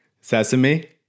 Sesame